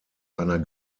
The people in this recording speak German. einer